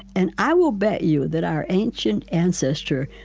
and i will bet you that our ancient ancestor,